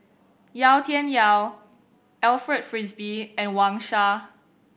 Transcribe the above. Yau Tian Yau Alfred Frisby and Wang Sha